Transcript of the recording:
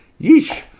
Yeesh